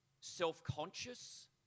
self-conscious